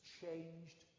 changed